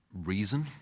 reason